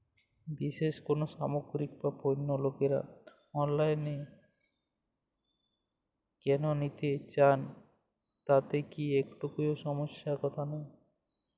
বিশেষ কোনো সামগ্রী বা পণ্য লোকেরা অনলাইনে কেন নিতে চান তাতে কি একটুও সমস্যার কথা নেই?